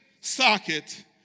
socket